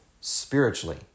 spiritually